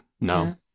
No